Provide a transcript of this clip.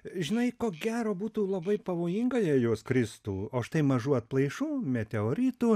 žinai ko gero būtų labai pavojinga jei jos kristų o štai mažų atplaišų meteoritų